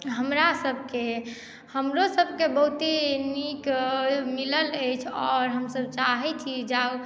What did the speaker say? हमरासभकेँ हमरोसभकेँ बहुते नीक मिलल अछि आओर हमसभ चाहैत छी जाउ